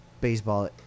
baseball